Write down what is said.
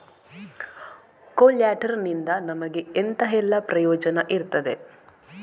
ಕೊಲ್ಯಟರ್ ನಿಂದ ನಮಗೆ ಎಂತ ಎಲ್ಲಾ ಪ್ರಯೋಜನ ಇರ್ತದೆ?